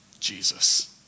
Jesus